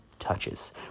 Touches